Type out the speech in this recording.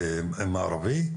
גליל מערבי,